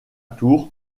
tour